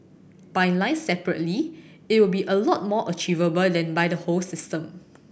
by line separately it'll be a lot more achievable than by the whole system